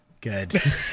Good